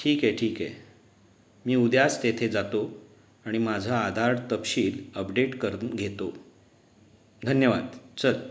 ठीक आहे ठीक आहे मी उद्याच तेथे जातो आणि माझा आधार तपशील अपडेट करून घेतो धन्यवाद चल